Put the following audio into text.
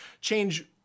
change